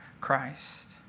Christ